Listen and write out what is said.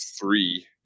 three